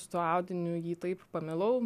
su tuo audiniu jį taip pamilau